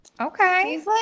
Okay